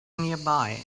nearby